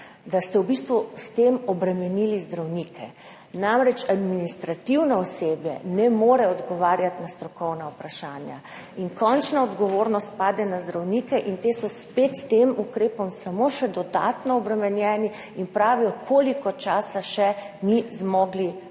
dan, v bistvu obremenili zdravnike. Namreč, administrativno osebje ne more odgovarjati na strokovna vprašanja in končna odgovornost pade na zdravnike in ti so s tem ukrepom samo še dodatno obremenjeni in pravijo, koliko časa še, mi pravzaprav